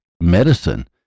medicine